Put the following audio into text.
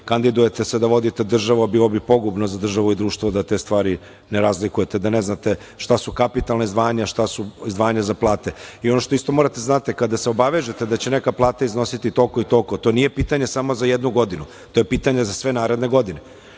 kandidujete se da vodite državu, bilo bi pogubno za državu i društvo da te stvari ne razlikujete, da ne znate šta su kapitalna izdvajanja, šta su izdvajanja za plate. Ono što isto morate da znate da se obavežete da će neka plata iznositi toliko i toliko, to nije pitanje samo za jednu godinu, to je pitanje za sve naredne godine.